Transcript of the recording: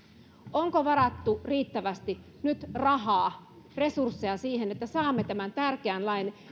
onko nyt varattu riittävästi rahaa ja resursseja siihen että saamme tämän tärkeän lain